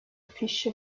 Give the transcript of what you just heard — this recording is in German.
fische